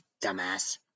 Dumbass